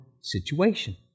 situation